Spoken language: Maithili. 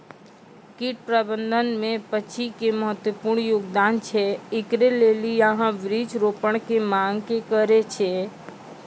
कीट प्रबंधन मे पक्षी के महत्वपूर्ण योगदान छैय, इकरे लेली यहाँ वृक्ष रोपण के मांग करेय छैय?